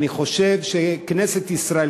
אני חושב שכנסת ישראל,